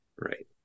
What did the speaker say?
Right